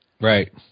right